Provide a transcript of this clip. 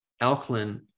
alkaline